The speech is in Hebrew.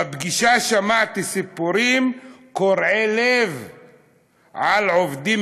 בפגישה שמעתי סיפורים קורעי לב על עובדים